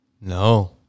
No